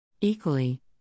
Equally